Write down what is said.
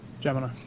Gemini